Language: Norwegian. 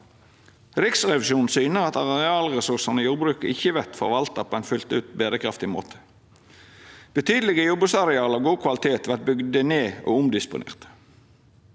Riksrevisjonen syner at arealresursane i jordbruket ikkje vert forvalta på ein fullt ut berekraftig måte. Betydelege jordbruksareal av god kvalitet vert bygde ned og omdisponerte.